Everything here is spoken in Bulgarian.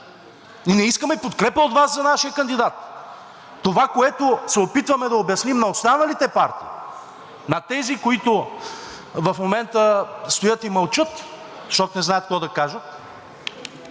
и не искаме подкрепа от Вас за нашия кандидат. Това, което се опитваме да обясним на останалите партии, на тези, които в момента стоят и мълчат, защото не знаят какво да кажат,